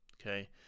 Okay